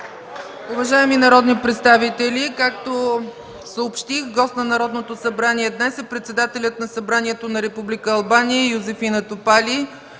Уважаеми народни представители, както съобщих, гост на Народното събрание днес е председателят на Събранието на Република Албания Йозефина Топали.